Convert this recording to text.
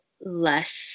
less